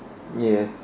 ya